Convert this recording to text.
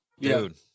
Dude